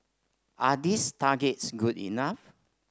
are these targets good enough